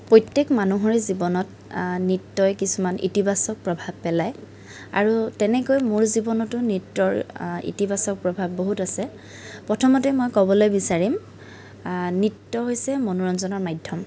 প্ৰত্যেক মানুহৰে জীৱনত নৃত্যই কিছুমান ইতিবাচক প্ৰভাৱ পেলাই আৰু তেনেকৈ মোৰ জীৱনতো নৃত্যৰ ইতিবাচক প্ৰভাৱ বহুত আছে প্ৰথমতে মই ক'বলৈ বিচাৰিম নৃত্য হৈছে মনোৰঞ্জনৰ মাধ্যম